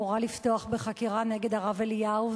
הורה לפתוח בחקירה נגד הרב אליהו,